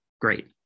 Great